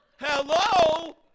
Hello